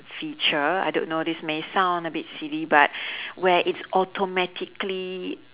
feature I don't know this may sound a bit silly but where it's automatically